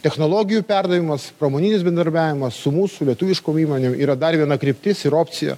technologijų perdavimas pramoninis bendradarbiavimas su mūsų lietuviškom įmonėm yra dar viena kryptis ir opcija